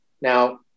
Now